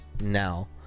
now